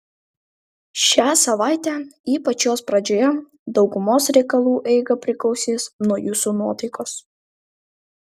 šią savaitę ypač jos pradžioje daugumos reikalų eiga priklausys nuo jūsų nuotaikos